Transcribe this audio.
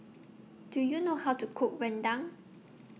Do YOU know How to Cook Rendang